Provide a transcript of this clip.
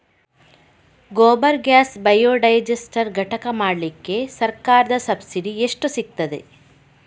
Gobar gas biodigester ಘಟಕ ಮಾಡ್ಲಿಕ್ಕೆ ಸರ್ಕಾರದ ಸಬ್ಸಿಡಿ ಎಷ್ಟು ಸಿಕ್ತಾದೆ?